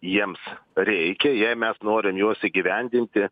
jiems reikia jei mes norim juos įgyvendinti